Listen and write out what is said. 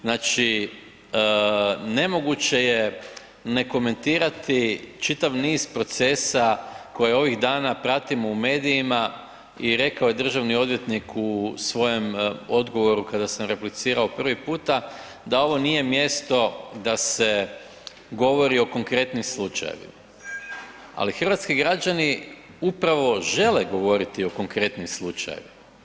Znači nemoguće je ne komentirati čitav niz procesa koje ovih dana pratimo u medijima i rekao je državni odvjetnik u svojem odgovoru kada sam replicirao prvi puta da ovo nije mjesto da se govori o konkretnim slučajevima, ali hrvatski građani upravo žele govoriti o konkretnim slučajevima.